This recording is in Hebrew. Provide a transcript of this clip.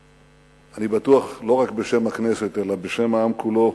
אני בטוח שלא רק בשם הכנסת אלא בשם העם כולו,